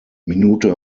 minute